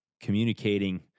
communicating